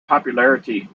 popularity